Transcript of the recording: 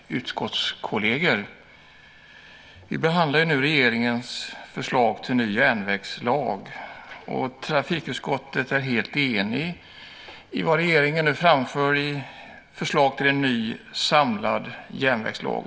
Fru talman och utskottskolleger! Vi behandlar regeringens förslag till ny järnvägslag. Trafikutskottet är helt enigt i vad regeringen framför i förslag till en ny samlad järnvägslag.